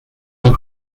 and